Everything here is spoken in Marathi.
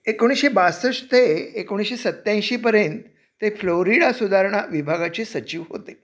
एकोणीसशे बासष्ट ते एकोणीसशे सत्त्याऐंशीपर्यंत ते फ्लोरिडा सुधारणा विभागाचे सचिव होते